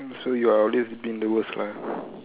so you are always doing the worst lah